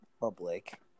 public